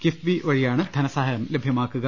കിഫ്ബി വഴിയാണ് ധനസഹായം ലഭ്യമാക്കുക